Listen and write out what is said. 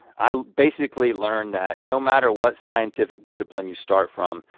i basically learned that no matter what scientific discipline you start from,